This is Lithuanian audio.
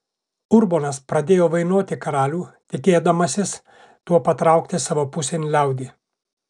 urbonas pradėjo vainoti karalių tikėdamasis tuo patraukti savo pusėn liaudį